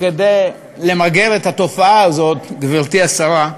כדי למגר את התופעה הזאת, גברתי השרה,